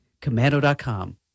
commando.com